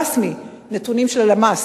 רשמית, נתונים של הלמ"ס.